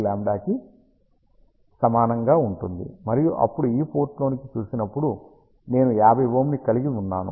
067λ కి సమానంగా ఉంటుంది మరియు అప్పుడు ఈ పోర్ట్ లోనికి చూసినప్పుడు నేను 50Ω ని కలిగి ఉన్నాను